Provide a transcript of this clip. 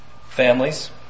families